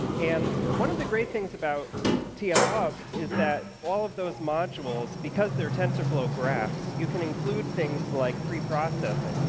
and one of the great things about tf hub is that all of those modules, because they're tensorflow graphs, you can include things like preprocessing.